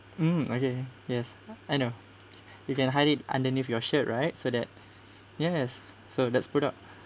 mm okay yes I know you can hide it underneath your shirt right so that yes so that's product